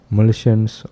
Malaysians